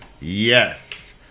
yes